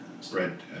spread